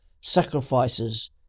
sacrifices